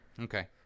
Okay